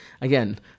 again